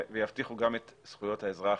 ויבטיחו גם את זכויות האזרח,